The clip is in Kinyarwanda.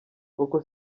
koko